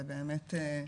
זה באמת,